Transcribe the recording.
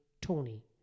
Tony